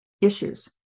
issues